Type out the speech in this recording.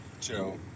Joe